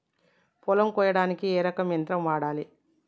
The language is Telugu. పొలం కొయ్యడానికి ఏ రకం యంత్రం వాడాలి?